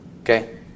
okay